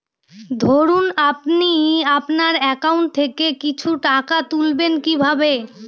ধরুন আপনি আপনার একাউন্ট থেকে কিছু টাকা তুলবেন কিভাবে?